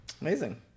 amazing